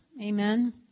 Amen